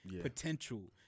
potential